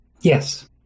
Yes